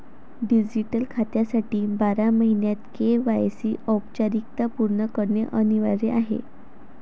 digital खात्यासाठी बारा महिन्यांत के.वाय.सी औपचारिकता पूर्ण करणे अनिवार्य आहे